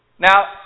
Now